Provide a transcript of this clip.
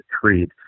creed